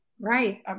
right